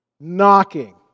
Knocking